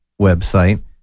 website